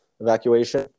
evacuation